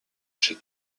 chez